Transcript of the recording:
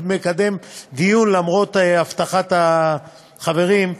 מקדם דיון למרות הבטחת החברים,